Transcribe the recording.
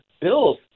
Bills